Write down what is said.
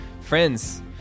Friends